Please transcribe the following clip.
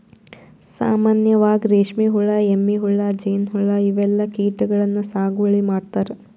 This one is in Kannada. ಸಾಮಾನ್ಯವಾಗ್ ರೇಶ್ಮಿ ಹುಳಾ, ಎಮ್ಮಿ ಹುಳಾ, ಜೇನ್ಹುಳಾ ಇವೆಲ್ಲಾ ಕೀಟಗಳನ್ನ್ ಸಾಗುವಳಿ ಮಾಡ್ತಾರಾ